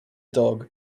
dog